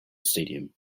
stadium